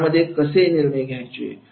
खेळामध्ये निर्णय कसे घ्यायचे